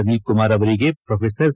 ಅನಿಲ್ಕುಮಾರ್ ಅವರಿಗೆ professor C